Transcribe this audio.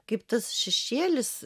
kaip tas šešėlis